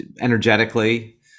energetically